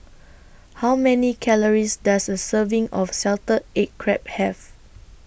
How Many Calories Does A Serving of Salted Egg Crab Have